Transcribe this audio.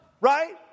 right